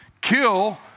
kill